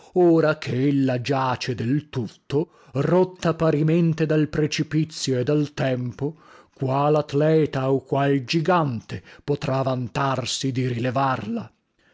ora che ella giace del tutto rotta parimente dal precipizio e dal tempo qual atleta o qual gigante potrà vantarsi di rilevarla